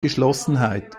geschlossenheit